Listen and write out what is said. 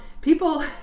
people